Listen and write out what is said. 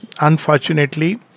Unfortunately